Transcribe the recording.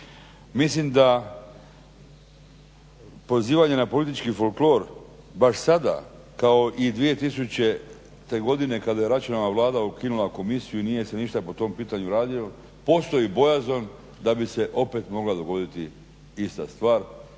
Mislim da pozivanje na politički folklor baš sada kao i 2000. godine kada je Račanova Vlada ukinula komisiju nije se ništa po tom pitanju radilo. Postoji bojazan da bi se opet mogla dogoditi ista stvar,